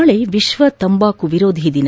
ನಾಳೆ ವಿಶ್ವ ತಂಬಾಕು ವಿರೋಧಿ ದಿನ